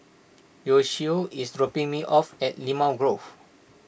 Yoshio is dropping me off at Limau Grove